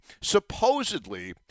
supposedly